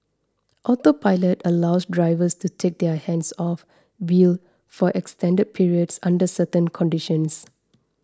autopilot allows drivers to take their hands off wheel for extended periods under certain conditions